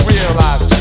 Realize